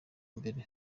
mbere